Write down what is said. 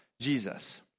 Jesus